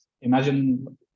imagine